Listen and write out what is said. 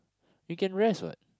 you can rest what